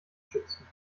schützen